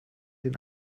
den